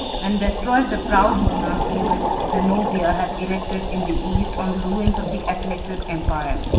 and destroyed the proud monarchy which zenobia had erected in the east on the ruins of the afflicted empire.